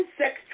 sex